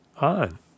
on